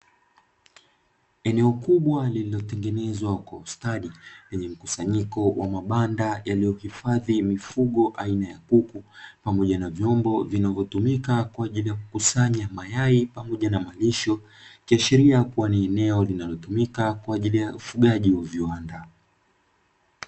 Eneo kubwa lililotengenezwa kwa ustadi, lenye mkusanyiko wa mabanda yaliyohifadhi mifugo aina ya kuku pamoja na vyombo vinavyotumika kwa ajili ya kukusanya mayai pamoja na malisho, ikiashiria kuwa ni eneo linalotumika kwa ajili ya ufugaji wa viwanda.